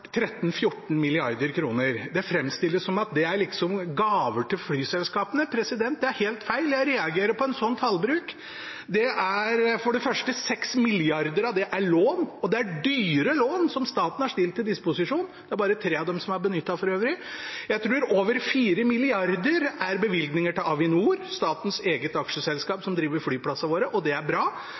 Det framstilles som om det er gaver til flyselskapene. Det er helt feil. Jeg reagerer på en sånn tallbruk. For det første er 6 mrd. kr av det lån. Det er dyre lån som staten har stilt til disposisjon, og det er bare tre av dem som er benyttet, for øvrig. Jeg tror over 4 mrd. kr er bevilgninger til Avinor, statens eget aksjeselskap, som driver flyplassene våre, og det er bra.